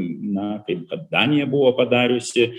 na kaip kad danija buvo padariusi